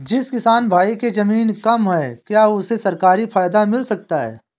जिस किसान भाई के ज़मीन कम है क्या उसे सरकारी फायदा मिलता है?